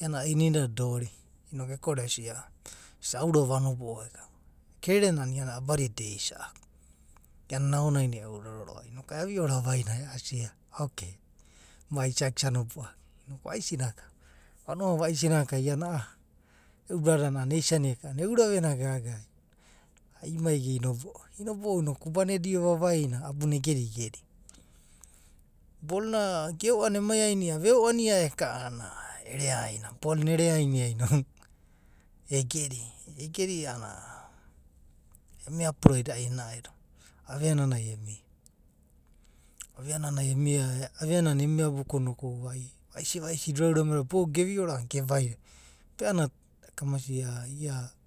Iana ininada dori. Noku eko’ore esia. aurava vanobo’o akava. Kerere na iana abadi da daeisa’aku. iana nao nai ni eouraro roa’va. noku aviora avainai asia okei. maiisagana is nobo’o. Inoku. vaisi naka. vanua na vaisi nan aka. iana a’a eu bradana esiania eka’anani eura venia gaga, ai imai igana inobo’o noku. ubana edio vavaina abuna egedigedi. Bolo na geo’ania emai a’anana veo’ani eka. aonanai. ere aina. belon a ere’aina inokuegedi a’anana. emia pura enao do. avea nani emia do. ovea nanai emia buku noku ai. vaisi da uraurameda gevioria a’anana ai gevainai. be a’anana ai kamasia ia. ia